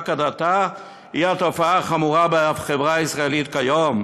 רק הדתה היא התופעה החמורה בחברה הישראלית כיום.